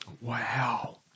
Wow